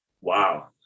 Wow